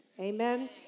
Amen